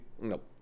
Nope